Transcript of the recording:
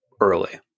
early